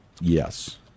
Yes